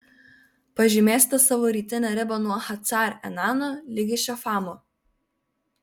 pažymėsite savo rytinę ribą nuo hacar enano ligi šefamo